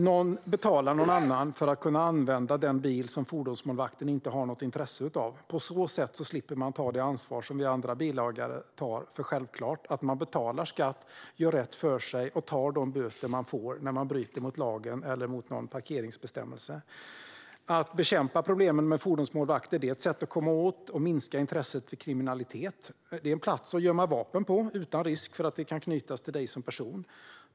Någon betalar någon annan för att kunna använda den bil som fordonsmålvakten inte har något intresse av. På så sätt slipper man ta det ansvar som vi andra bilägare tar för självklart, att man betalar skatt, gör rätt för sig och tar de böter man får när man bryter mot lagen eller mot någon parkeringsbestämmelse. Att bekämpa problemen med fordonsmålvakter är ett sätt att komma åt och minska intresset för kriminalitet. En bil registrerad på en målvakt är en plats att gömma vapen på utan risk för att det kan knytas till dig som person.